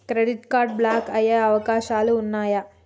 Credit card block అయ్యే అవకాశాలు ఉన్నయా?